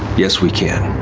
yes we can.